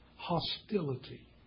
Hostility